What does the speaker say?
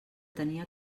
tenia